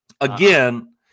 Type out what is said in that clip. Again